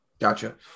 Gotcha